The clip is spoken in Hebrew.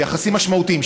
ביחסים משמעותיים,